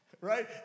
Right